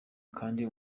kandi